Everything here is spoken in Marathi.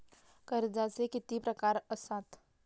कर्जाचे किती प्रकार असात?